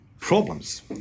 problems